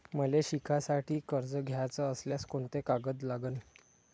मले शिकासाठी कर्ज घ्याचं असल्यास कोंते कागद लागन?